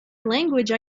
language